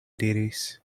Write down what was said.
diris